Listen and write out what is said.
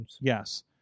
Yes